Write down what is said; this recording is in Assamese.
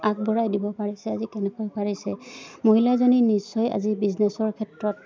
আগবঢ়াই দিব পাৰিছে আজি কেনেকৈ পাৰিছে মহিলাজনী নিশ্চয় আজি বিজনেছৰ ক্ষেত্ৰত